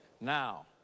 Now